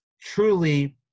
truly